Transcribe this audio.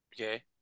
Okay